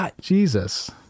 Jesus